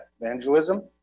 evangelism